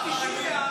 מה זה?